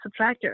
subtractor